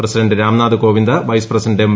president Ramnath Kovind vice president M